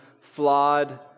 flawed